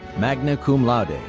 magna cum laude.